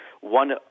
one –